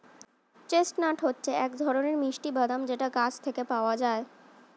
chestnut হচ্ছে এক ধরনের মিষ্টি বাদাম যেটা গাছ থেকে পাওয়া যায়